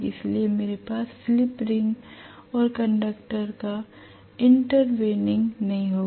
इसलिए मेरे पास स्लिप रिंग और कंडक्टर का इंटरवेनिंग नहीं होगा